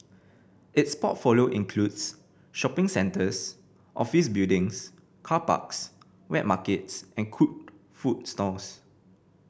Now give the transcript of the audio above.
its portfolio includes shopping centres office buildings car parks wet markets and cooked food stalls